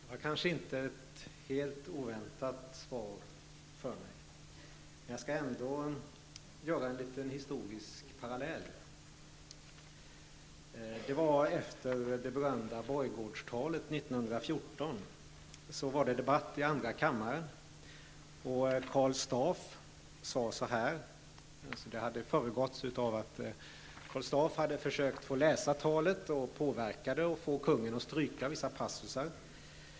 Herr talman! Det var kanske inte ett helt oväntat svar för mig, men jag skall ändå dra en liten historisk parallell. Efter det berömda borggårdstalet 1914 var det debatt i andra kammaren. Den hade föregåtts av att Karl Staaff hade försökt få läsa talet, påverka det och få kungen att stryka vissa passusar.